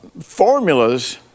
formulas